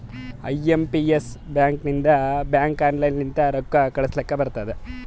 I M P S ಬ್ಯಾಕಿಂದ ಬ್ಯಾಂಕ್ಗ online ಲಿಂತ ರೊಕ್ಕಾ ಕಳೂಸ್ಲಕ್ ಬರ್ತುದ್